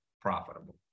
profitable